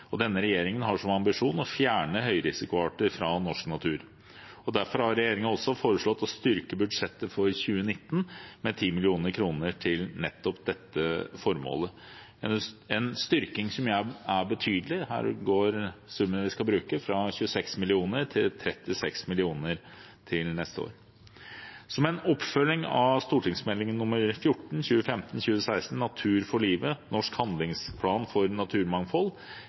og denne regjeringen har som ambisjon å fjerne høyrisikoarter fra norsk natur. Derfor har regjeringen også foreslått å styrke budsjettet for 2019 med 10 mill. kr til nettopp dette formålet, en styrking som er betydelig: Her går summen vi skal bruke, fra 26 mill. kr til 36 mill. kr til neste år. Som en oppfølging av Meld. St. 14 for 2015–2016, Natur for livet – Norsk handlingsplan for naturmangfold,